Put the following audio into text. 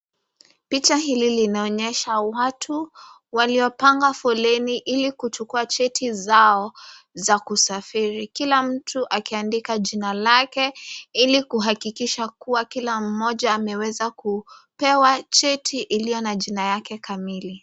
Picha hili linaonyesha watu waliopanga foleni ili kuchukua cheti zao za kusafiri, kila mtu akiandika jina lake ili kuhakikisha kuwa kila mmoja ameweza kupewa cheti iliyo na jina yake kamili.